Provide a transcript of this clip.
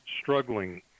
struggling